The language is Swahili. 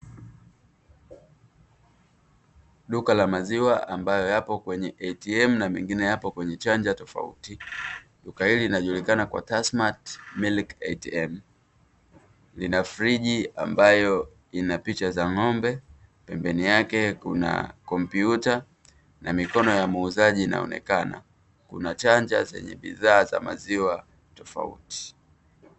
Duka la maziwa ambayo yapo kwenye "ATM" mengine yapo kwenye chanja tofauti, duka hili linajulikana kwa tasmati milki "ATM", ina friji ambayo ina picha za ng’ombe pembeni yake kuna kompyuta na mikono ya muuzaji inaonekana, kuna chanja za bidhaa za maziwa tofauti.